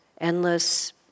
endless